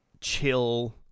chill